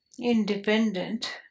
independent